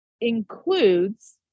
includes